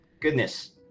Goodness